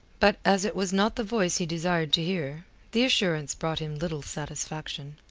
but as it was not the voice he desired to hear, the assurance brought him little satisfaction.